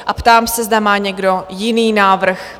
A ptám se, zda má někdo jiný návrh?